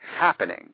happening